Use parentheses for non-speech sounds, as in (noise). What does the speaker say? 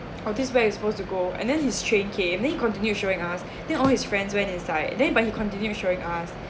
oh this way is supposed to go and then his train came and then he continue to showing us (breath) then all his friends went inside then he but he continued to showing us